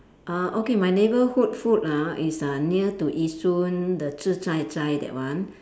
uh okay my neighbourhood food ah is uh near to Yishun the zi char cai that one